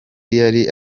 yari